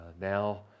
now